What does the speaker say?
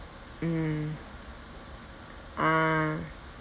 mm ah